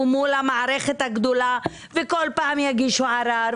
מול המערכת הגדולה וכל פעם יגישו ערר,